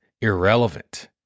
irrelevant